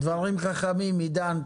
דברים חכמים, עידן.